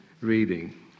reading